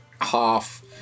half